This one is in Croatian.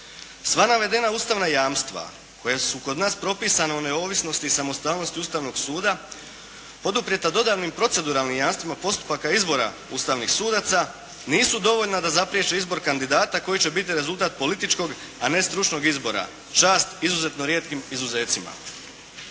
Sva navedena ustavna jamstva koja su kod nas propisana o neovisnosti i samostalnosti Ustavnog suda poduprijeta dodanim proceduralnim jamstvima postupaka izbora ustavnih sudaca nisu dovoljna da zapriječe izbor kandidata koji će biti rezultat političkog a ne stručnog izbora. Čast izuzetno rijetkim izuzecima.